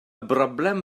broblem